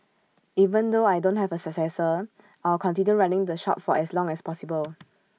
even though I don't have A successor I'll continue running the shop for as long as possible